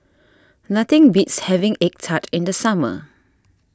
nothing beats having Egg Tart in the summer